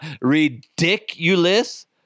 Ridiculous